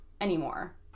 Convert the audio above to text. anymore